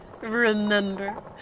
remember